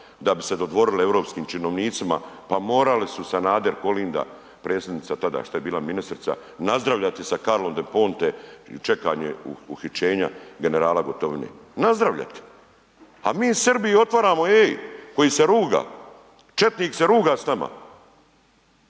da bi se dodvorili europskim činovnicima, pa morali su Sanader, Kolinda, predsjednica tada šta je bila ministrica, nazdravljati sa Carlom de Ponte i čekanje uhićenja generala Gotovine, nazdravljati, a mi Srbiji otvaramo, ej koji se ruga, četnik se ruga s nama,